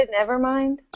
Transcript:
Nevermind